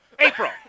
April